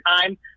time